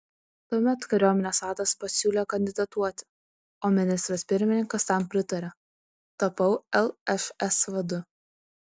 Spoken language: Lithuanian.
tuomet kariuomenės vadas pasiūlė kandidatuoti o ministras pirmininkas tam pritarė tapau lšs vadu